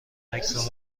عکس